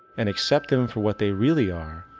and accept them for what they really are,